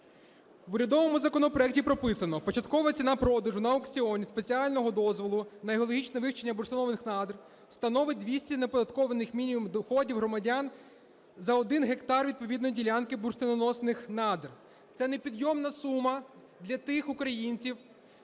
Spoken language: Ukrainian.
В урядовому законопроекті прописано: початкова ціна продажу на аукціоні спеціального дозволу на геологічне вивчення бурштинових надр становить 200 неоподаткованих мінімумів доходів громадян за 1 гектар відповідної ділянки бурштиноносних надр. Це непідйомна сума для тих українців